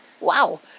Wow